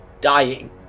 dying